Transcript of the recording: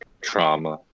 trauma